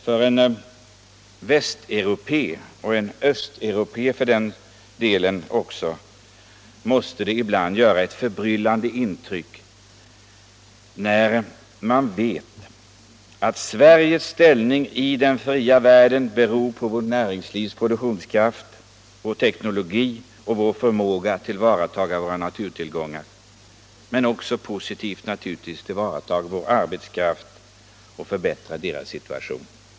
För en västeuropé, och en östeuropé för den delen också, måste det ibland göra ett förbryllande intryck när man där vet att Sveriges ställning i den fria världen beror på vårt näringslivs produktionskraft, vår teknologi och förmåga att tillvarata våra naturtillgångar men också — naturligtvis — på vår förmåga att positivt tillvarata vår arbetskraft och förbättra dess situation.